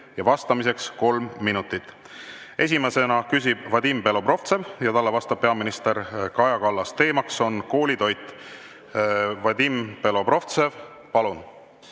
ja vastamiseks kolm minutit. Esimesena küsib Vadim Belobrovtsev ja talle vastab peaminister Kaja Kallas. Teema on koolitoit. Vadim Belobrovtsev, palun!